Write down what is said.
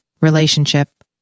relationship